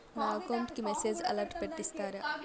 నా అకౌంట్ కి message alert పెట్టిస్తారా